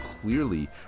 clearly